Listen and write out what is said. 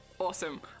Awesome